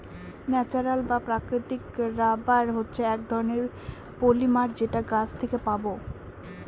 natural বা প্রাকৃতিক rubber হচ্ছে এক রকমের পলিমার যেটা গাছ থেকে পাবো